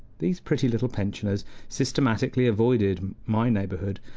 these pretty little pensioners systematically avoided my neighborhood,